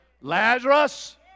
Lazarus